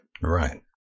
Right